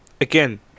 again